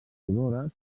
sonores